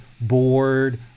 bored